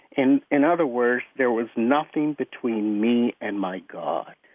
in in other words, there was nothing between me and my god.